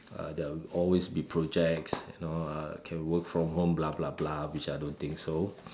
uh there will always be projects you know uh can work from home blah blah blah which I don't think so